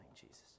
Jesus